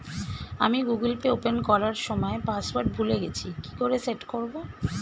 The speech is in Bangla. আমি গুগোল পে ওপেন করার সময় পাসওয়ার্ড ভুলে গেছি কি করে সেট করব?